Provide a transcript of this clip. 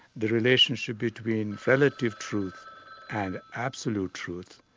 the relationship between relative truth and absolute truth,